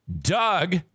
Doug